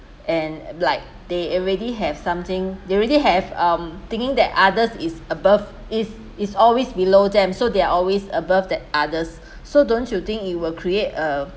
and like they already have something they already have um thinking that others is above is is always below them so they're always above that others so don't you think it will create a